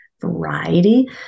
variety